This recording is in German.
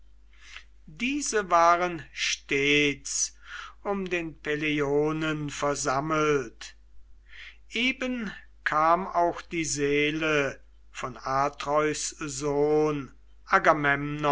diese waren stets um den peleionen versammelt eben kam auch die seele von atreus sohn